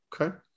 Okay